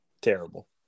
Terrible